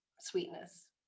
sweetness